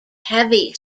heavy